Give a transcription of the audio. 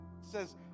says